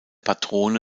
patrone